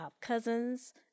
cousins